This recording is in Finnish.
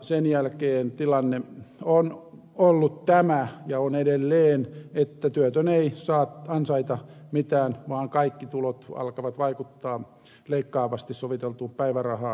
sen jälkeen tilanne on ollut tämä ja on edelleen että työtön ei saa ansaita mitään vaan kaikki tulot alkavat vaikuttaa leikkaavasti soviteltuun päivärahaan